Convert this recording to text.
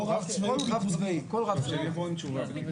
עם בעלי התאגיד,